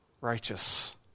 righteous